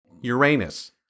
Uranus